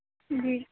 جی